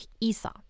Esau